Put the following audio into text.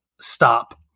stop